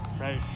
right